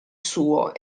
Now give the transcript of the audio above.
suo